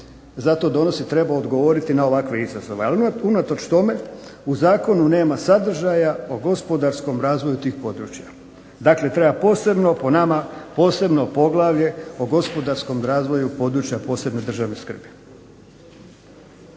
za to donosi trebao odgovoriti na ovakve izazove. A unatoč tome u Zakonu nema sadržaja o gospodarskom razvoju tih područja. Dakle, treba posebno po nama posebno poglavlje o gospodarskom razdoblju područja posebne državne skrbi.